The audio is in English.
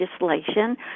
legislation